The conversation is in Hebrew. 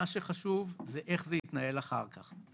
מה שחשוב זה איך זה התנהל אחר כך,